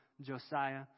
Josiah